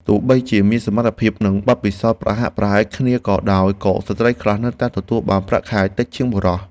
ទោះបីជាមានសមត្ថភាពនិងបទពិសោធន៍ប្រហាក់ប្រហែលគ្នាក៏ដោយក៏ស្ត្រីខ្លះនៅតែទទួលបានប្រាក់ខែតិចជាងបុរស។